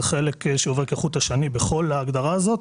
זה חלק שעובר כחוט השני בכל ההגדרה הזאת.